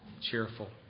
cheerful